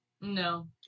No